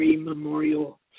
Memorial